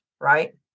Right